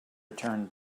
return